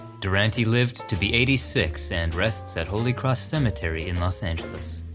durante lived to be eighty six and rests at holy cross cemetery in los angeles.